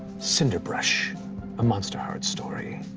cinderbrush a monsterhearts story.